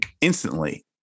instantly